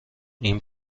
این